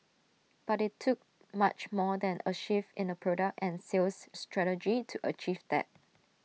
but IT took much more than A shift in the product and sales strategy to achieve that